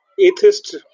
atheist